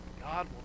God